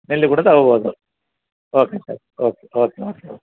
ನೆಲ್ಲಿ ಕೂಡ ತೊಗೋಬೋದು okay sir okay okay okay okay